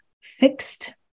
fixed